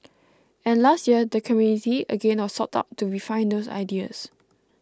and last year the community again was sought out to refine those ideas